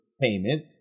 payment